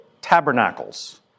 tabernacles